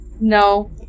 No